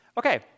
Okay